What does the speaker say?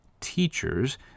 teachers